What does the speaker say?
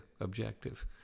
objective